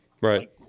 Right